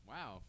Wow